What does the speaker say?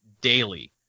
daily